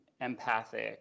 empathic